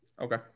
Okay